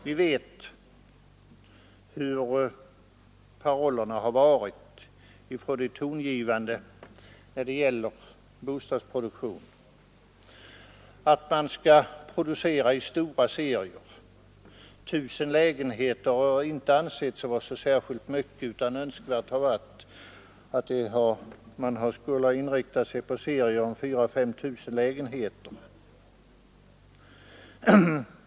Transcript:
Vi vet hur parollerna varit från de tongivande när det gäller bostadsproduktion. Tusen lägenheter har inte ansetts vara särskilt mycket, utan det har varit önskvärt att inrikta sig på serier om 4 000—5 000 lägenheter.